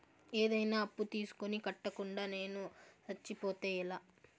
ఏదైనా అప్పు తీసుకొని కట్టకుండా నేను సచ్చిపోతే ఎలా